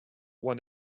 one